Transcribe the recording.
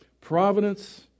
Providence